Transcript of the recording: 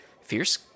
fierce